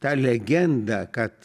tą legendą kad